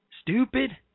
stupid